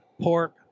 pork